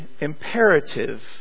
imperative